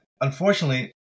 unfortunately